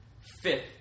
Fifth